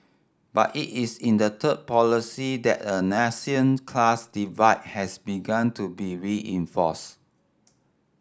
but it is in the third policy that a nascent class divide has begun to be reinforced